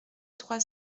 trois